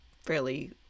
fairly